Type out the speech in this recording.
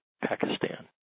Pakistan